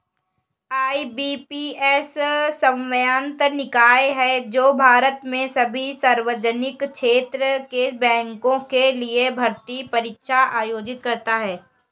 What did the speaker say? IBPS स्वायत्त निकाय है जो भारत में सभी सार्वजनिक क्षेत्र के बैंकों के लिए भर्ती परीक्षा आयोजित करता है